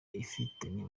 ifitanye